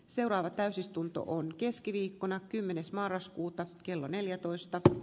seuraava täysistunto on keskiviikkona kymmenes marraskuuta kello neljätoista